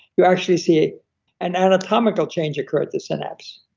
you actually see an anatomical change occur at the synapse.